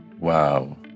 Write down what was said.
Wow